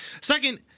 Second